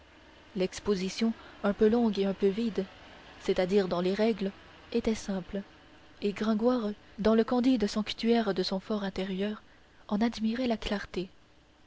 l'exposition un peu longue et un peu vide c'est-à-dire dans les règles était simple et gringoire dans le candide sanctuaire de son for intérieur en admirait la clarté